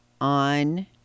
on